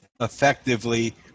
effectively